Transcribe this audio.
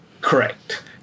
correct